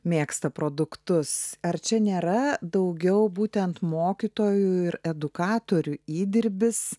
mėgsta produktus ar čia nėra daugiau būtent mokytojų ir edukatorių įdirbis